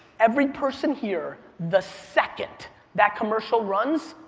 every person here, the second that commercial runs,